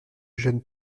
jeune